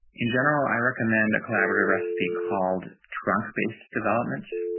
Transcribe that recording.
in general, i recommend a collaborative recipe called trunk based development.